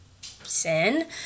sin